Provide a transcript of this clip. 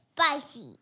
spicy